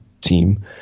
team